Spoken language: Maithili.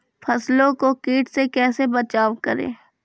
फसलों को कीट से कैसे बचाव करें?